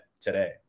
today